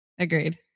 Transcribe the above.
Agreed